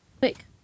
Quick